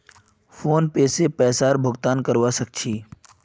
PhonePe से पैसार भुगतान करवा सकछी